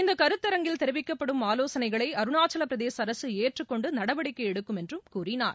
இந்த கருத்தரங்களில் தெரிவிக்கப்படும் ஆலோசனைகளை அருணாச்சல பிரதேச அரசு ஏற்றுக்கொண்டு நடவடிக்கை எடுக்கும் என்றும் கூறினார்